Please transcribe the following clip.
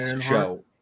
show